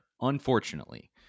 unfortunately